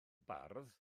bardd